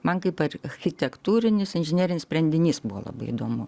man kaip architektūrinis inžinerinis sprendinys buvo labai įdomu